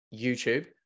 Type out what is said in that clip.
YouTube